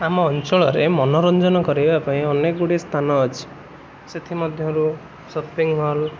ଆମ ଅଞ୍ଚଳରେ ମନୋରଞ୍ଜନ କରିବା ପାଇଁ ଅନେକ ଗୁଡ଼ିଏ ସ୍ଥାନ ଅଛି ସେଥିମଧ୍ୟରୁ ସପିଙ୍ଗ ମଲ